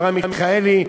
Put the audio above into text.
אברהם מיכאלי,